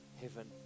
heaven